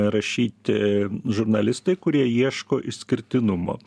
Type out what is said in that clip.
rašyti žurnalistai kurie ieško išskirtinumo